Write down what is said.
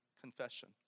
confession